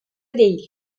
değil